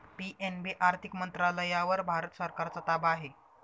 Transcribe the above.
PNB आर्थिक मंत्रालयावर भारत सरकारचा ताबा आहे